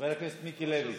חבר הכנסת מיקי לוי,